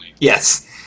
Yes